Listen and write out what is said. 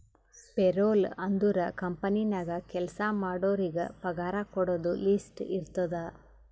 payroll ಅಂದುರ್ company ನಾಗ್ ಕೆಲ್ಸಾ ಮಾಡೋರಿಗ ಪಗಾರ ಕೊಡೋದು ಲಿಸ್ಟ್ ಇರ್ತುದ್